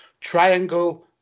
Triangle